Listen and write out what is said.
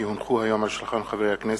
כי הונחו היום על שולחן הכנסת,